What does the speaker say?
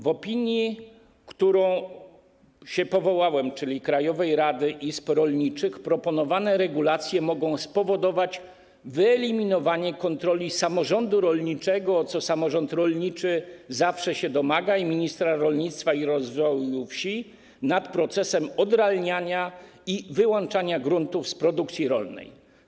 Według opinii, na którą się powołałem, czyli Krajowej Rady Izb Rolniczych, proponowane regulacje mogą spowodować wyeliminowanie kontroli samorządu rolniczego, czego samorząd rolniczy zawsze się domaga, i ministra rolnictwa i rozwoju wsi nad procesem odralniania i wyłączania gruntów z produkcji rolnej.